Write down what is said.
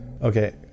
Okay